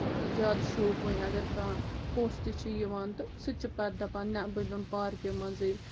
تہٕ زیادٕ شوبہٕ وٕنۍ اگر کانہہ پوٚژھ تہِ چھِ یِوان تہٕ سُہ تہِ چھِ پتہٕ دَپان نَہ بہٕ بیٚہم پارکہِ منٛزٕے